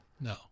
No